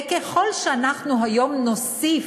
וככל שאנחנו היום נוסיף,